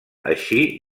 eixir